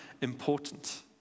important